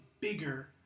bigger